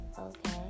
Okay